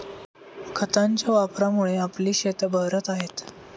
खतांच्या वापरामुळे आपली शेतं बहरत आहेत